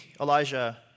Elijah